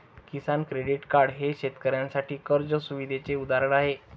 किसान credit card हे शेतकऱ्यांसाठी कर्ज सुविधेचे उदाहरण आहे